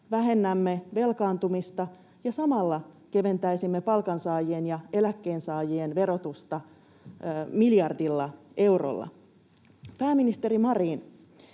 vähennämme velkaantumista ja samalla keventäisimme palkansaajien ja eläkkeensaajien verotusta miljardilla eurolla. Pääministeri Marin,